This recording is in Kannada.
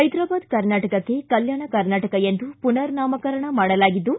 ಹೈದರಾಬಾದ್ ಕರ್ನಾಟಕಕ್ಕೆ ಕಲ್ಕಾಣ ಕರ್ನಾಟಕ ಎಂದು ಪುನರ್ ನಾಮಕರಣ ಮಾಡಲಾಗಿದ್ದು